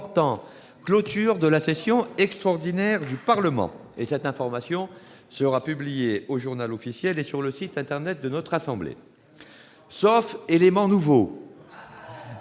Sauf élément nouveau,